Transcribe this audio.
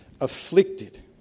afflicted